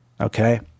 Okay